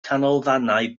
canolfannau